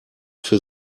für